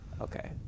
Okay